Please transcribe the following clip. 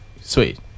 sweet